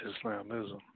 Islamism